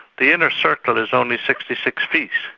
the inner circle is only sixty six feet,